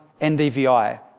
NDVI